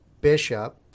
Bishop